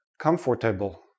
Comfortable